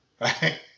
right